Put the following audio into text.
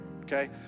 okay